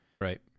Right